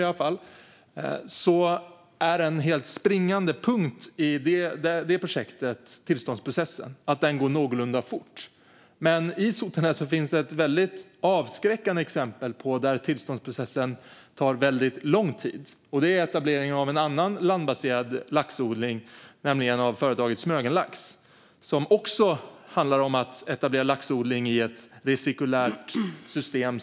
I det projektet är det en helt springande punkt att tillståndsprocessen går någorlunda fort. I Sotenäs finns det dock ett väldigt avskräckande exempel på att tillståndsprocessen tar väldigt lång tid. Det gäller etableringen av en annan landbaserad laxodling, i detta fall av företaget Smögenlax. Även här handlar det om att etablera laxodling i ett recirkulärt system.